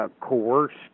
coerced